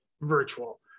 virtual